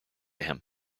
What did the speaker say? him